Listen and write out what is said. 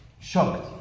shocked